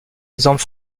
exemple